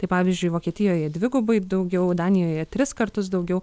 tai pavyzdžiui vokietijoje dvigubai daugiau danijoje tris kartus daugiau